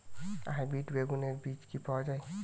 Hybrid বেগুনের বীজ কি পাওয়া য়ায়?